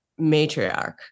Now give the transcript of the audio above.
matriarch